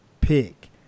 pick